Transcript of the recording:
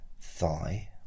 thigh